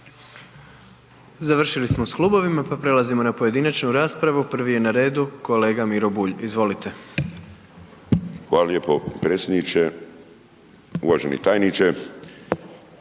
Završili smo s klubovima, pa prelazimo na pojedinačnu raspravu, prvi je na redu kolega Miro Bulj, izvolite. **Bulj, Miro (MOST)** Hvala lijepo predsjedniče. Uvaženi tajniče,